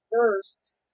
first